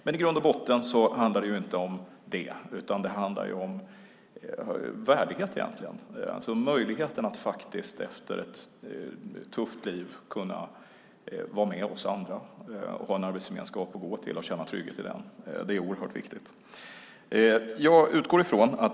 Men i grund och botten handlar det inte om det, utan det handlar om värdighet, om möjligheten att faktiskt efter ett tufft liv kunna vara med oss andra, att ha en arbetsgemenskap att gå till och känna trygghet i den. Det är oerhört viktigt.